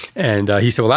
and he said, well,